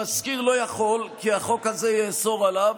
המשכיר לא יכול, כי החוק הזה יאסור עליו.